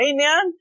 Amen